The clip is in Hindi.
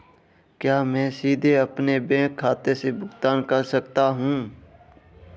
क्या मैं सीधे अपने बैंक खाते से भुगतान कर सकता हूं?